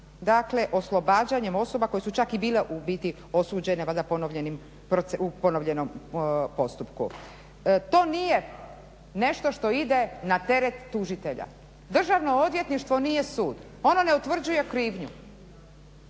ipak oslobađanjem osoba koje su čak i bile u biti osuđene u ponovljenom postupku. To nije nešto što ide na teret tužitelja. Državno odvjetništvo nije sud, ono ne utvrđuje krivnju,